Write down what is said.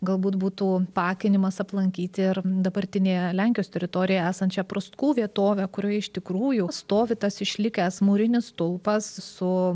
galbūt būtų paakinimas aplankyti ir dabartinėje lenkijos teritorijoje esančią pruskų vietovę kurioje iš tikrųjų stovi tas išlikęs mūrinis stulpas su